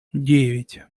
девять